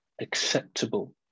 acceptable